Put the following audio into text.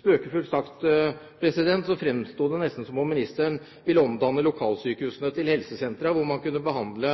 Spøkefullt sagt fremsto det nesten som om ministeren ville omdanne lokalsykehusene til helsesentre hvor man kunne behandle